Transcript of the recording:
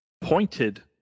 pointed